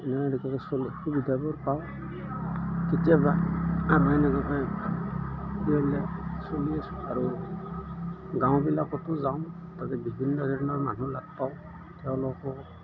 এনে এনে কৰি চলি সুবিধাবোৰ পাওঁ কেতিয়াবা আৰু এনেকুৱাকৈ এনে কৰি চলি আছোঁ আৰু গাঁওবিলাকতো যাওঁ তাতে বিভিন্ন ধৰণৰ মানুহ লাগ পাওঁ তেওঁলোকো